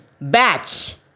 batch